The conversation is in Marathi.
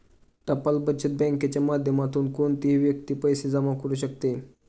टपाल बचत बँकेच्या माध्यमातून कोणतीही व्यक्ती पैसे जमा करू शकते